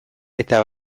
eta